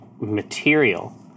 material